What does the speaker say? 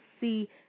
see